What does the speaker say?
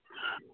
हम्म